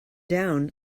down